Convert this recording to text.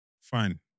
fine